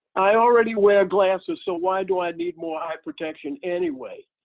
i already wear glasses so why do i need more eye protection anyway,